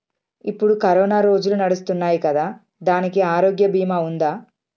ఇప్పుడు కరోనా రోజులు నడుస్తున్నాయి కదా, దానికి ఆరోగ్య బీమా ఉందా?